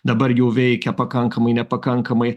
dabar jau veikia pakankamai nepakankamai